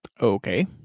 Okay